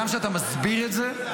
גם כשאתה מסביר את זה,